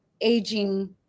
aging